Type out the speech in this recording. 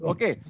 Okay